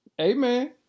amen